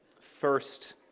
First